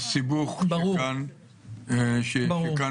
בגלל הסיבוך שכאן הוצג,